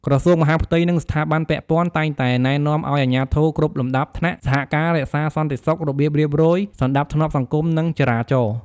ក្រសួងមហាផ្ទៃ និងស្ថាប័នពាក់ព័ន្ធ តែងតែណែនាំឱ្យអាជ្ញាធរគ្រប់លំដាប់ថ្នាក់សហការរក្សាសន្តិសុខ របៀបរៀបរយ សណ្តាប់ធ្នាប់សង្គម និងចរាចរណ៍។